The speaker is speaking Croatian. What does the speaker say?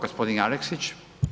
Gospodin Aleksić.